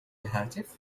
الهاتف